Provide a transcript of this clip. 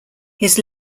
his